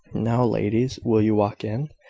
now, ladies, will you walk in?